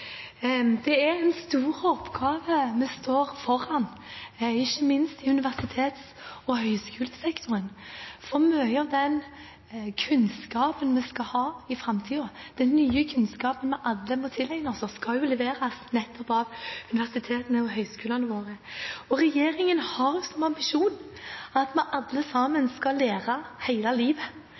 Det er en stor oppgave vi står foran, ikke minst i universitets- og høyskolesektoren, for mye av den kunnskapen vi skal ha i framtiden – den nye kunnskapen vi alle må tilegne oss – skal jo leveres nettopp av universitetene og høyskolene våre. Regjeringen har som ambisjon at vi alle sammen skal lære hele livet.